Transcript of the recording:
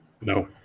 No